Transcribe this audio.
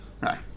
right